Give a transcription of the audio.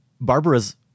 barbara's